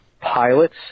Pilots